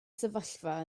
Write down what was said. sefyllfa